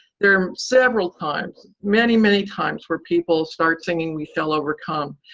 there are several times, many, many times, where people start singing we shall overcome,